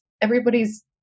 Everybody's